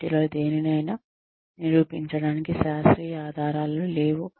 వీటిలో దేనినైనా నిరూపించడానికి శాస్త్రీయ ఆధారాలు లేవు